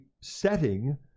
setting